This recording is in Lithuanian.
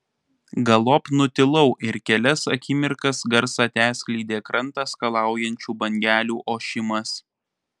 galop nutilau ir kelias akimirkas garsą teskleidė krantą skalaujančių bangelių ošimas